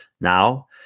now